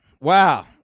wow